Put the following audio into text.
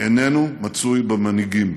איננו מצוי במנהיגים